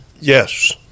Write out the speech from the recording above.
yes